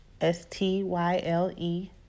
S-T-Y-L-E